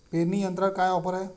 पेरणी यंत्रावर काय ऑफर आहे?